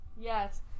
Yes